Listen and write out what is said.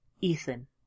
Ethan